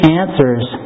answers